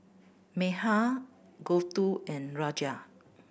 Medha Gouthu and Raja